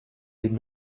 did